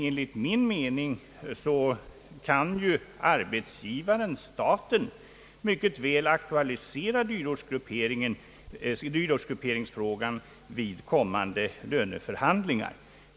Enligt min uppfattning kan emellertid arbetsgivaren-staten myc ket väl aktualisera dyrortsgrupperingsfrågan vid kommande löneförhandlingar.